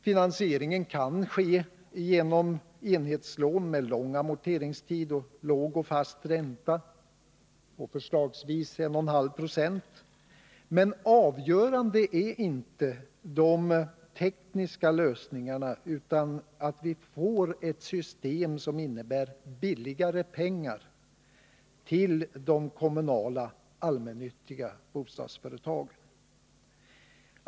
Finansieringen kan ske genom enhetslån med lång amorteringstid och låg och fast ränta, förslagsvis på 1,5 96. Men avgörande är inte de tekniska lösningarna, utan det är att vi får ett system som innebär billigare pengar till de kommunala allmännyttiga bostadsföretagen.